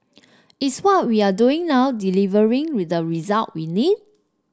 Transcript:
is what we are doing now delivering with the result we need